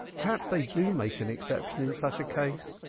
perhaps they do make an exception in such a case.